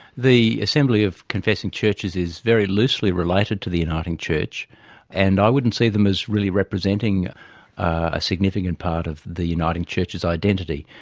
the assembly of confessing churches is very loosely related to the uniting church and i wouldn't see them as really representing a significant part of the uniting church's identity.